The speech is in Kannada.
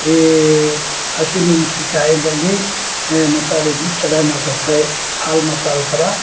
ಈ ಹಸಿಮೆಣಸಿಕಾಯ್ದಲ್ಲಿ ಮಸಾಲೆಗಳು ಚನಾಗ್ ಮಾಡ್ತಾರೆ ಫ್ರೈ ಹಾಲು ಮಸಾಲೆ ಥರ